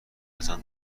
بزن